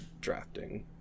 drafting